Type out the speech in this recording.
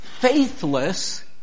faithless